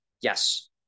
Yes